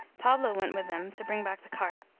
pablo went with him, to bring back the cart.